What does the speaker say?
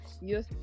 yes